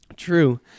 True